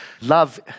love